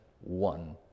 one